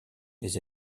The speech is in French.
les